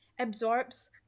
Absorbs